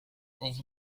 over